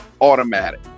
automatic